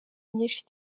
nyinshi